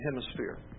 hemisphere